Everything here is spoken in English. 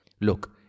Look